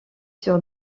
sur